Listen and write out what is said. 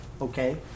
Okay